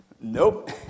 Nope